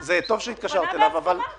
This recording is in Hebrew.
זה טוב שהתקשרת אליו --- הוא פנה בהסכמה.